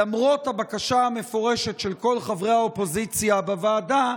למרות הבקשה המפורשת של כל חברי האופוזיציה בוועדה,